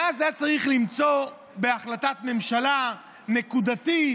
ואז היה צריך למצוא בהחלטת ממשלה נקודתית